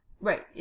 Right